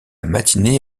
matinée